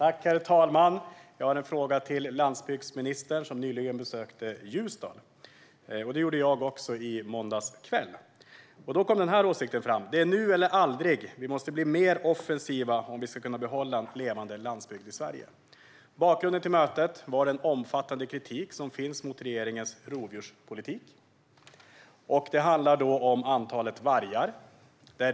Herr talman! Jag har en fråga till landsbygdsministern, som nyligen besökte Ljusdal. Det gjorde jag också, i måndags kväll, och då kom denna åsikt fram: Det är nu eller aldrig! Vi måste bli mer offensiva om vi ska kunna behålla en levande landsbygd i Sverige. Bakgrunden till mötet var den omfattande kritik som finns mot regeringens rovdjurspolitik; det handlar om antalet vargar.